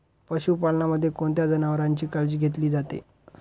पशुपालनामध्ये कोणत्या जनावरांची काळजी घेतली जाते?